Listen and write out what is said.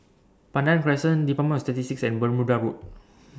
Pandan Crescent department of Statistics and Bermuda Road